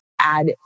add